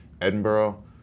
Edinburgh